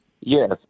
Yes